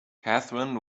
catherine